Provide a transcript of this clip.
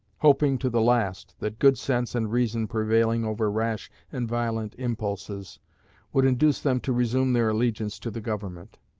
hoping to the last that good sense and reason prevailing over rash and violent impulses would induce them to resume their allegiance to the government.